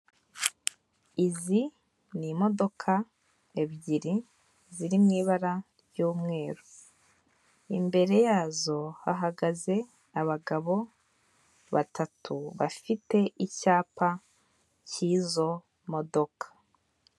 Izi ni imodoka ebyiri ziri mu ibara ry'umweru; imbere yazo hahagaze abagabo batatu bafite icyapa cy'izo modoka.